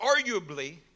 arguably